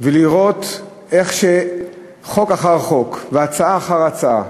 ולראות איך חוק אחר חוק והצעה אחר הצעה